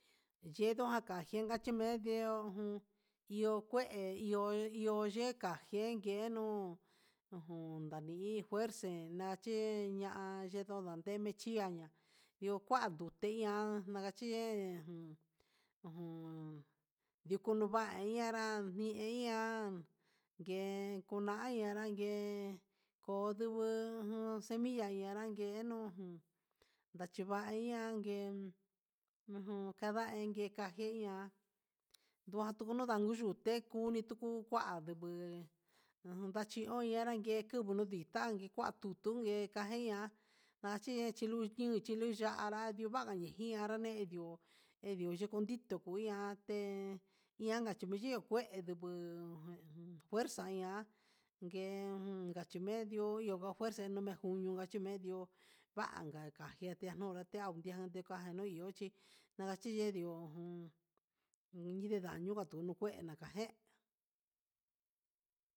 Yenga akachedo yime'e ndeujun eho kué iho iho yeka ngué nguenkeno nai fuerze nakachi ña'a yendon ndande he michianu yo'o, kua tute ian nakachí he ujun kunu va'a hianrá ami i ian ngue kuña iin anrangue koo ndunguu nuu cemilla nanranjenu jun ndachiva ian nguee ujun kanda enke kanjeña'a, ha ndutunu nunu yuté ke kuni kua nduju ujun nachio nanrangue tungu nu tati kua tungue kaje ihá, nachi luchi nuu ya'a anradio vanga lejí iha ananreyu endu yukundito no ihá té inanka chininri iian kué nduju fuerza iha nguen iho kache ne'e ndio yunga fuerza nunea, junio kachimendió vanga kajiate nuna kanu nden ndikanuu ndiochí nakaje ndió ujun ninedaño natunu kué nakajé.